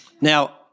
Now